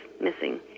missing